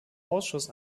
ausschuss